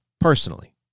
personally